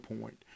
point